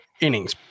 innings